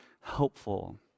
helpful